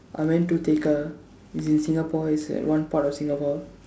I went to Tekka it's in Singapore it's at one part of Singapore